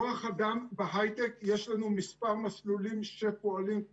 כוח האדם בהיי-טק יש לנו מספר מסלולים שפועלים,